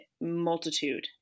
multitude